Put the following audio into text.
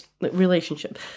relationship